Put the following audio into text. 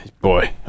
Boy